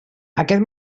aquest